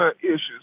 issues